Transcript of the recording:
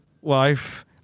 wife